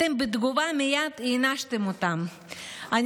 מייד הענשתם אותם בתגובה.